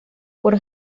por